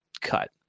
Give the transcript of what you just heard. cut